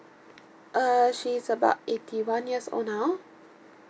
uh she's about eighty one years old now